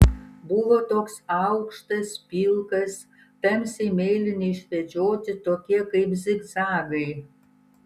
buvo toks aukštas pilkas tamsiai mėlyni išvedžioti tokie kaip zigzagai